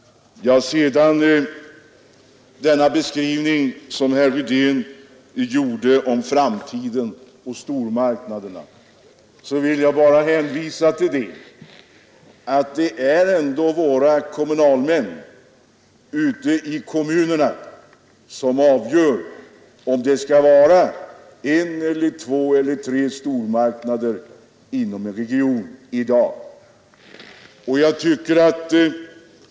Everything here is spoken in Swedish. Vad beträffar den beskrivning av framtiden för stormarknaderna som herr Rydén gjorde vill jag hänvisa till att det är kommunalmännen ute i våra kommuner som avgör, om det skall vara en, två eller tre stormarknader inom en region.